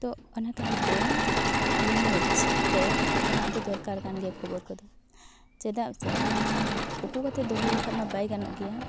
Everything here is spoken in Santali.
ᱛᱚ ᱚᱱᱟ ᱠᱟᱹᱦᱤᱛᱮ ᱱᱤᱣᱩᱡᱽ ᱨᱮ ᱮᱢᱟᱜ ᱫᱚ ᱫᱚᱨᱠᱟᱨ ᱠᱟᱱ ᱜᱮᱭᱟ ᱠᱷᱚᱵᱚᱨ ᱠᱚᱫᱚ ᱪᱮᱫᱟᱜ ᱪᱮ ᱳᱠᱳ ᱠᱟᱛᱮ ᱫᱚᱦᱚ ᱞᱮᱠᱷᱟᱱᱢᱟ ᱵᱟᱭ ᱜᱟᱱᱚᱜ ᱜᱮᱭᱟ